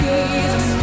Jesus